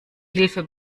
hilfe